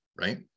right